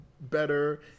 better